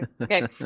Okay